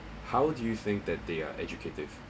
how do you think that they are educative